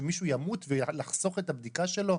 שמישהו ימות ולחסוך את הבדיקה שלו?